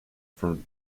from